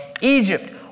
Egypt